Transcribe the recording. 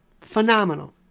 phenomenal